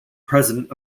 president